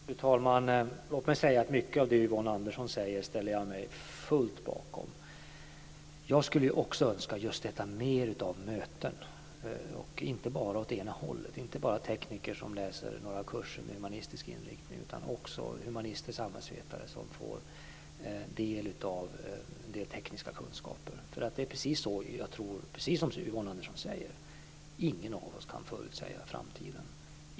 Fru talman! Låt mig säga att mycket av det Yvonne Andersson säger ställer jag mig fullt bakom. Jag skulle också önska mer av möten och inte bara åt ena hållet, inte bara tekniker som läser några kurser med humanistisk inriktning utan också humanister och samhällsvetare som får del av en del tekniska kunskaper. Precis som Yvonne Andersson säger kan ingen av oss förutsäga framtiden.